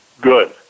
good